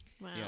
Wow